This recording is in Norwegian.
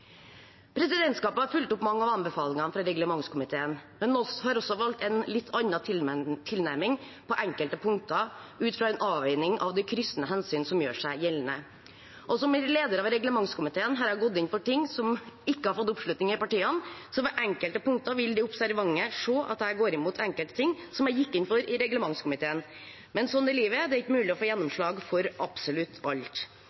Presidentskapet har fulgt opp mange av anbefalingene fra reglementskomiteen, men har også valgt en litt annen tilnærming på enkelte punkter ut fra en avveining av de kryssende hensyn som gjør seg gjeldende. Som leder av reglementskomiteen har jeg gått inn for ting som ikke har fått oppslutning i partiene, så ved enkelte punkter vil de observante se at jeg går imot enkelte ting som jeg gikk inn for i reglementskomiteen. Men sånn er livet. Det er ikke mulig å få gjennomslag for absolutt alt,